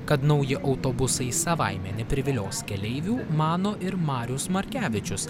kad nauji autobusai savaime neprivilios keleivių mano ir marius markevičius